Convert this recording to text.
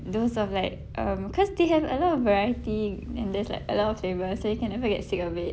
those of like um because they have a lot of variety and there's like a lot of flavours that you can never get sick of it